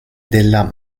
della